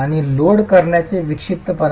आणि लोड करण्याचे विक्षिप्तपणा